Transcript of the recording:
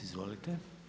Izvolite.